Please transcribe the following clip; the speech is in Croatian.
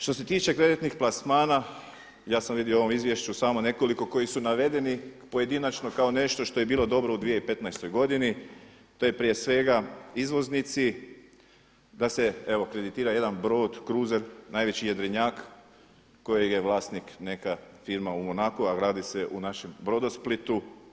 Što se tiče kreditnih plasmana, ja sam vidio u ovom izvješću samo nekoliko koji su navedeni pojedinačno kao nešto što je bilo dobro u 2015. godini, to je prije svega izvoznici da se evo kreditira jedan brod, kruzer, najveći jedrenjak kojeg je vlasnik neka firma u Monaku a gradi se u našem Brodosplitu.